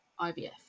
IVF